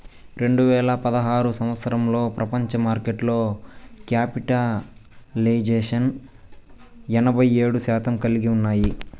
రెండు వేల పదహారు సంవచ్చరంలో ప్రపంచ మార్కెట్లో క్యాపిటలైజేషన్ ఎనభై ఏడు శాతం కలిగి ఉన్నాయి